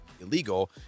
illegal